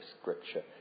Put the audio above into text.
scripture